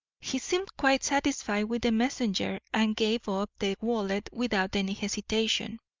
he seemed quite satisfied with the messenger and gave up the wallet without any hesitation